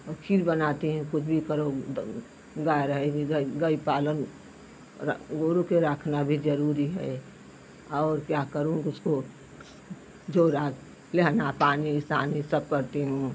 और खीर बनाते हैं कुछ भी करो गाय रहेगी गाय पालन र गोरू के रखना भी जरूरी है और क्या करूँ उसको जोरा लहना पानी सानी सब करती हूँ